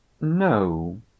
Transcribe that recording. No